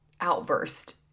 outburst